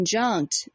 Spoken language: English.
conjunct